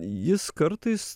jis kartais